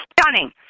stunning